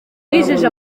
bijeje